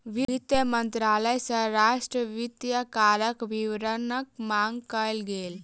वित्त मंत्रालय सॅ राष्ट्रक वित्तीय कार्यक विवरणक मांग कयल गेल